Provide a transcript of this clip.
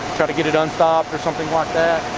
get it unstopped, or something like that.